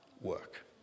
work